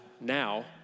now